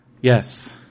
Yes